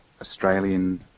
Australian